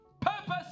Purpose